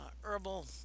herbal